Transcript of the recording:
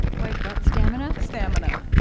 white what? stamina? stamina,